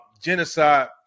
genocide